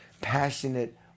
passionate